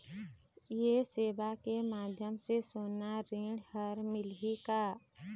ये सेवा के माध्यम से सोना ऋण हर मिलही का?